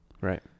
Right